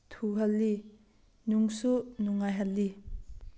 ꯊꯨꯍꯜꯂꯤ ꯅꯨꯡꯁꯨ ꯅꯨꯡꯉꯥꯏꯍꯜꯂꯤ